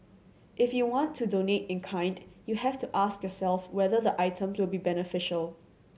if you want to donate in kind you have to ask yourself whether the items will be beneficial